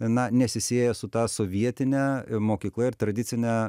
na nesisieja su ta sovietine mokykla ir tradicine